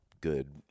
good